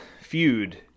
feud